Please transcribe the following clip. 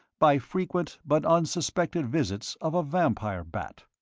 by frequent but unsuspected visits of a vampire bat.